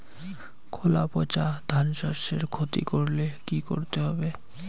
খোলা পচা ধানশস্যের ক্ষতি করলে কি করতে হবে?